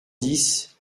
dix